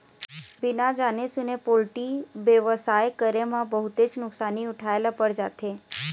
बिना जाने सूने पोल्टी बेवसाय करे म बहुतेच नुकसानी उठाए ल पर जाथे